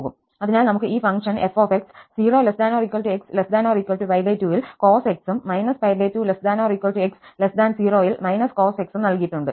അതിനാൽ നമുക്ക് ഈ ഫംഗ്ഷൻ f 0 ≤ x ≤ 2 ൽ cos x ഉം −2≤ x 0 ൽ cos x ഉം നൽകിയിട്ടുണ്ട്